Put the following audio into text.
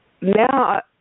now